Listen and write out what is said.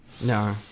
no